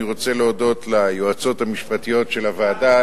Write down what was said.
אני רוצה להודות ליועצות המשפטיות של הוועדה,